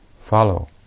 follow